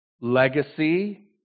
legacy